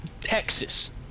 Texas